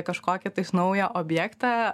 kažkokį tai naują objektą